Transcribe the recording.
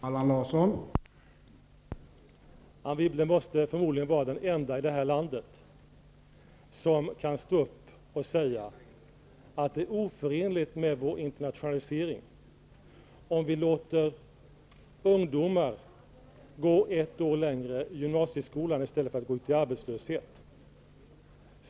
Herr talman! Anne Wibble måste förmodligen vara den enda i det här landet som kan stå upp och säga att det är oförenligt med vår internationalisering om vi låter ungdomar gå ett år längre i gymnasieskolan i stället för att gå ut i arbetslöshet.